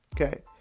okay